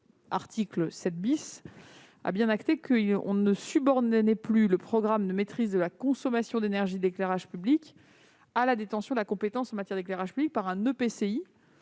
article 7 a bien acté que l'on ne subordonnait plus le programme de maîtrise de la consommation d'énergie de l'éclairage public à la détention de la compétence éclairage public par un EPCI.